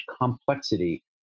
complexity